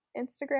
instagram